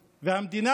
והמדינה,